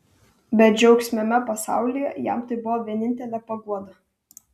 bedžiaugsmiame pasaulyje jam tai buvo vienintelė paguoda